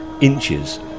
inches